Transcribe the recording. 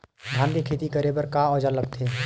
धान के खेती करे बर का औजार लगथे?